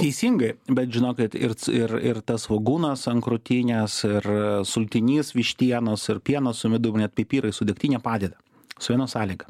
teisingai bet žinokit ir ir ir tas svogūnas ant krūtinės ir sultinys vištienos ir pieno su midum net pipirai su degtine padeda su viena sąlyga